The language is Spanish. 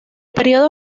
periodo